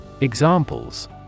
Examples